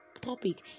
topic